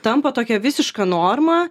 tampa tokia visiška norma